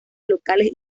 locales